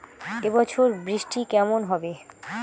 এবছর বৃষ্টি কেমন হবে?